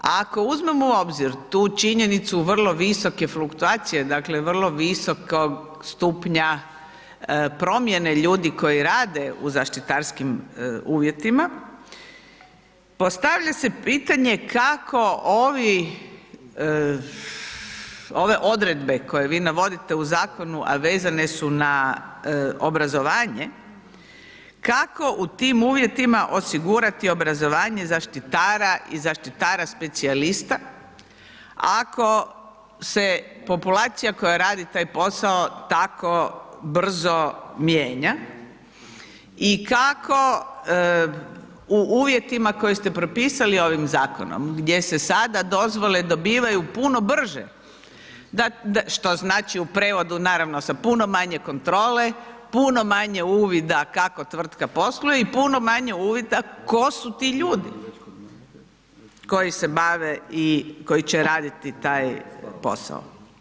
Ako uzmemo u obzir tu činjenicu vrlo visoke fluktuacija, dakle vrlo visokog stupnja promjene ljudi koji rade u zaštitarskim uvjetima, postavlja se pitanje kako ovi, ove odredbe koje vi navodite u zakonu, a vezane su na obrazovanje, kako u tim uvjetima osigurati obrazovanje zaštitara i zaštitara specijalista, ako se populacija koja radi taj posao tako brzo mijenja i kako u uvjetima koje ste propisali ovim zakonom gdje se sada dozvole dobivaju puno brže, što znači u prijevodu naravno, sa puno manje kontrole, puno manje uvida kako tvrtka posluje i puno manje uvida tko su ti ljudi koji se bave i koji će raditi taj posao.